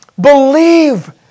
Believe